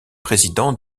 président